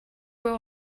were